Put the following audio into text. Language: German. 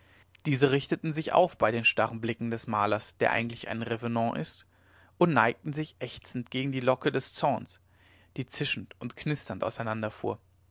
diese richteten sich auf bei den starren blicken des malers der eigentlich ein revenant ist und neigten sich ächzend gegen die locke des zorns die zischend und knisternd auseinanderfuhr